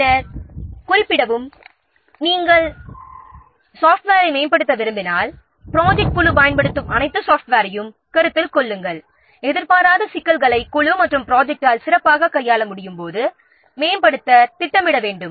எனவே நீங்கள் சாஃப்ட்வேரை மேம்படுத்த விரும்பினால் ப்ராஜெக்ட் குழு பயன்படுத்தும் அனைத்து சாஃப்ட்வேரையும் கருத்தில் கொள்ளுங்கள் எதிர்பாராத சிக்கல்களை குழு மற்றும் ப்ரொஜெக்டால் சிறப்பாக கையாள முடியுமாறு திட்டமிட வேண்டும்